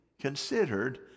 considered